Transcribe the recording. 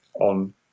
on